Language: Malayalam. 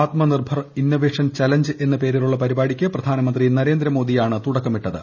ആത്മനിർഭർ ഇന്നവേഷൻ ചലഞ്ച് എന്ന പേരിലുള്ള പരിപാടിക്ക് പ്രധാനമന്ത്രി നരേന്ദ്രമോദിയാണ് തുടക്കമിട്ടത്